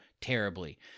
terribly